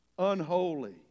Unholy